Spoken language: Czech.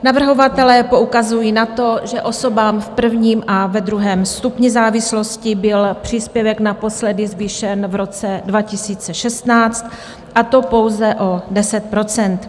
Navrhovatelé poukazují na to, že osobám v prvním a ve druhém stupni závislosti byl příspěvek naposledy zvýšen v roce 2016, a to pouze o 10 %.